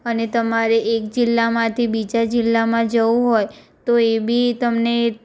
અને તમારે એક જિલ્લામાંથી બીજા જિલ્લામાં જવું હોય તો એ બી તમને